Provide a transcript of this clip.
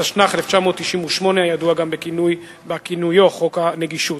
התשנ"ח 1998, הידוע גם בכינויו "חוק הנגישות".